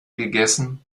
gegessen